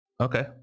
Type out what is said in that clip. Okay